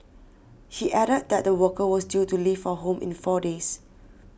he added that the worker was due to leave for home in four days